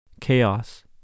chaos